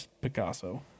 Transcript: Picasso